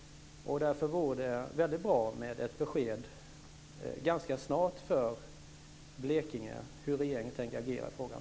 Därför vore det väldigt bra för Blekinge med ett besked ganska snart om hur regeringen tänker agera i frågan.